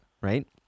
right